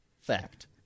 Fact